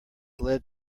led